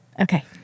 Okay